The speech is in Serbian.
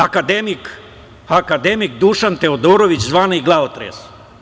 Akademik Dušan Teodorović, zvani glavotres.